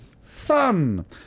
Fun